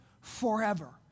forever